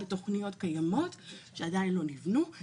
רק בבנייה חדשה בתוכניות קיימות שעדיין לא ניבנו.